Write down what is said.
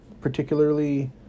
particularly